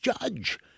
judge